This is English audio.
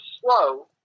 slow